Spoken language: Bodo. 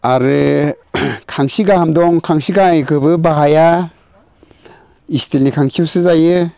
आरो खांसि गाहाम दं खांसि गाहायखौबो बाहाया स्टिलनि खांसियावसो जायो